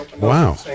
Wow